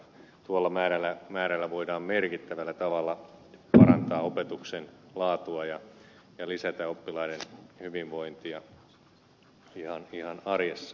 tuolla määrällä voidaan merkittävällä tavalla parantaa opetuksen laatua ja lisätä oppilaiden hyvinvointia ihan arjessa